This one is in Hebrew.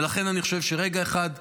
ולכן אני חושב שרגע אחד לעצור,